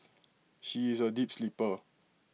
she is A deep sleeper